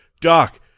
doc